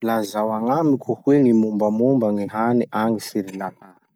Lazao agnamiko hoe gny mombamomba gny hany agny Sri Lanka?